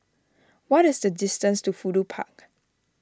what is the distance to Fudu Park